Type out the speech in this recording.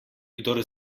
kdor